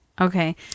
Okay